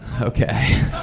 Okay